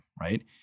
right